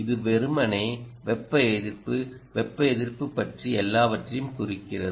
இது வெறுமனே வெப்ப எதிர்ப்பு வெப்ப எதிர்ப்பு பற்றி எல்லாவற்றையும் குறிக்கிறது